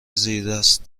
زیردست